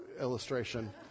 illustration